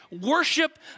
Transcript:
Worship